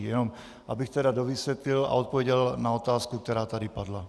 Jenom abych tedy dovysvětlil a odpověděl na otázku, která tady padla.